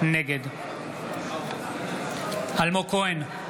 נגד אלמוג כהן,